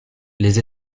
les